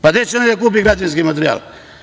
Pa, gde će da kupe građevinski materijal?